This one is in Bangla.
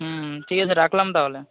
হুম হুম ঠিক আছে রাখলাম তাহলে